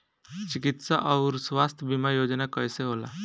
चिकित्सा आऊर स्वास्थ्य बीमा योजना कैसे होला?